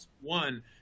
One